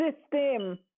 system